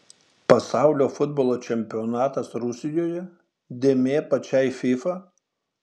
pasaulio futbolo čempionatas rusijoje dėmė pačiai fifa